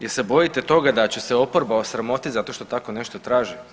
Jel se bojite toga da će se oporba osramotit zato što tako nešto traži?